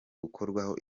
gukorwaho